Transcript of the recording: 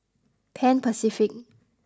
Pan Pacific